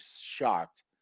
shocked